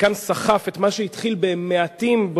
מכאן סחף את מה שהתחיל במעטים,